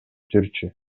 жүрчү